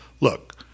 Look